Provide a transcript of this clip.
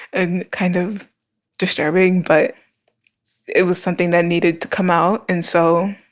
and kind of disturbing. but it was something that needed to come out. and so,